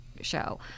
show